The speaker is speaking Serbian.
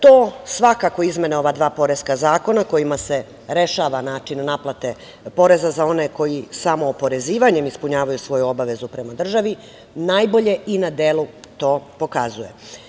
To svakako izmene ova dva poreska zakona kojima se rešava način naplate poreza za one koji samo oporezivanjem ispunjavaju svoju obavezu prema državi najbolje i na delu to pokazuje.